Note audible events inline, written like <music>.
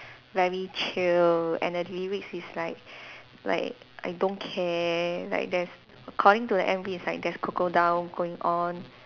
very chill and the lyrics is like <breath> like I don't care like there's according to the M_V is like there's crocodile going on